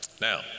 Now